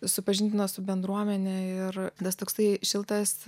supažindino su bendruomene ir nes toksai šiltas